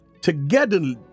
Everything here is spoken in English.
together